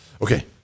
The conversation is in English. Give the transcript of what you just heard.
Okay